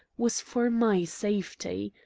was for my safety.